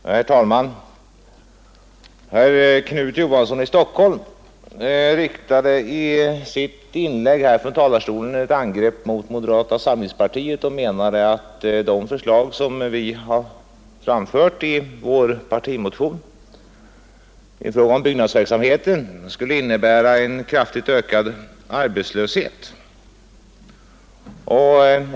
Herr talman! Herr Knut Johansson i Stockholm riktade i sitt inlägg här från talarstolen ett angrepp mot moderata samlingspartiet och menade att de förslag som vi har framfört i vår partimotion i fråga om byggnadsverksamheten skulle innebära en kraftigt ökad arbetslöshet.